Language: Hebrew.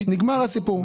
נגמר הסיפור.